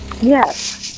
Yes